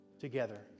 together